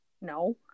No